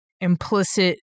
implicit